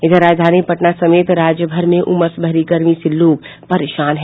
उधर राजधानी पटना समेत राज्य भर में उमस भरी गर्मी से लोग परेशान है